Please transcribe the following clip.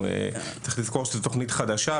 צריך לזכור שזו תוכנית חדשה,